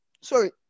sorry